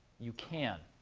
you can.